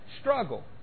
struggle